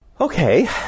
okay